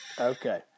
Okay